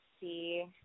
see